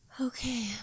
Okay